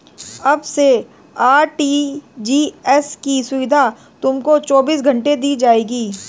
अब से आर.टी.जी.एस की सुविधा तुमको चौबीस घंटे दी जाएगी